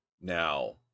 now